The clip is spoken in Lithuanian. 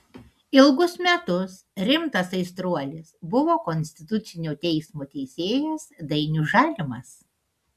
ilgus metus rimtas aistruolis buvo konstitucinio teismo teisėjas dainius žalimas